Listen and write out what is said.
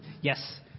Yes